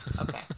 okay